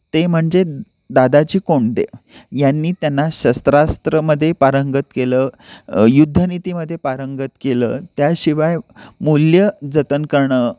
ते म्हणजे दादोजी कोंडदेव यांनी त्यांना शस्त्रास्त्रामध्ये पारंगत केलं युद्धनीतीमध्ये पारंगत केलं त्याशिवाय मूल्य जतन करणं